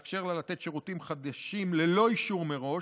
ולאפשר לה לתת שירותים חדשים ללא אישור מראש,